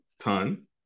ton